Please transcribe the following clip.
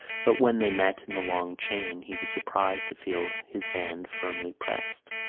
but when they met in the long chain he was surprised to feel his hand firmly pressed.